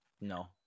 No